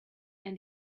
and